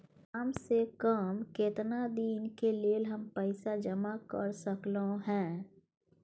काम से कम केतना दिन के लेल हम पैसा जमा कर सकलौं हैं?